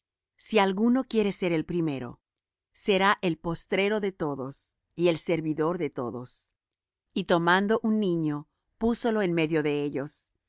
si alguno quiere ser el primero será el postrero de todos y el servidor de todos y tomando un niño púsolo en medio de ellos